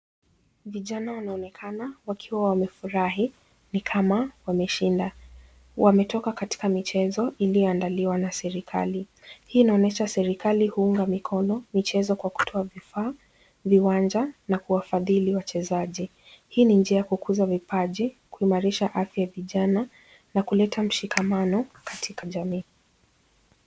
Vijana wanaonekana wakiwa wamefurahi ni kama wameshinda. Wametoka kwenye michezo iliyoandaliwa na serikali. Hii inaonyesha serikali huunga mkono michezo kwa kutoa vifaa, viwanja na kuwafadhili wachezaji. Hii ni nji ya kukuza vipaji, kuimarisha afa ya vijana na kuleta mshikamano katika jamii.